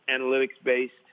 analytics-based